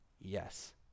Yes